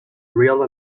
real